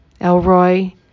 Elroy